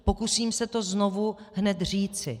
Pokusím se to znovu hned říci.